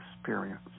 experience